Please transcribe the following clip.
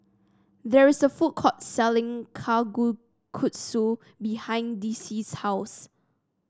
there is a food court selling Kalguksu behind Dicy's house